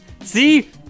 See